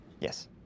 yes